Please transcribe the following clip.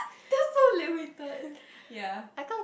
that's so limited ya